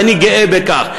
ואני גאה בכך.